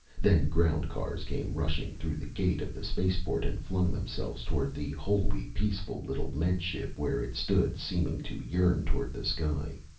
then ground cars came rushing through the gate of the spaceport and flung themselves toward the wholly peaceful little med ship where it stood seeming to yearn toward the sky.